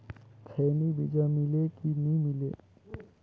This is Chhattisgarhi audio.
खैनी बिजा मिले कि नी मिले?